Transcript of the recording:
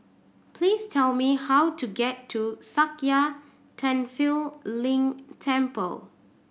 please tell me how to get to Sakya Tenphel Ling Temple